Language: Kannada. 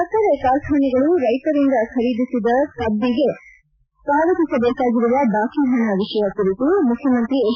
ಸಕ್ಕರ ಕಾರ್ಖಾನೆಗಳು ರೈತರಿಂದ ಖರೀದಿಸಿದ ಕಬ್ಬಿಗೆ ಪಾವತಿಸಬೇಕಿರುವ ಬಾಕಿ ಹಣ ವಿಷಯ ಕುರಿತು ಮುಖ್ಯಮಂತ್ರಿ ಹೆಚ್